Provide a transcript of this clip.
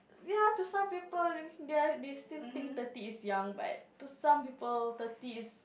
ya to some people they are they still think thirty is young but to some people thirty is